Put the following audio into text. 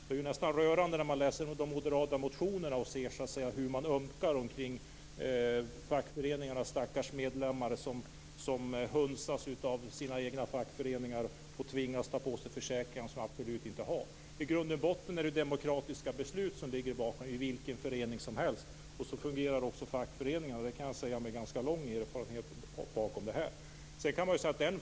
Det är nästan rörande att läsa de moderata motionerna och se hur man ömkar de stackars fackföreningsmedlemmarna som hunsas av sina egna fackföreningar och tvingas ta på sig försäkringar som de absolut inte vill ha. I grund och botten är det demokratiska beslut som ligger bakom i vilken förening som helst. Så fungerar också fackföreningar. Det kan jag säga av ganska lång erfarenhet.